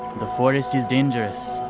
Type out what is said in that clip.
the forest is dangerous.